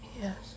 Yes